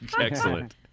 excellent